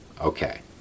Okay